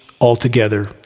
altogether